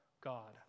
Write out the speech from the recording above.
God